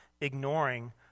ignoring